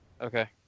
Okay